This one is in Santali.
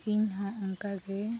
ᱤᱧ ᱦᱚᱸ ᱚᱱᱠᱟᱜᱮ